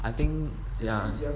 I think ya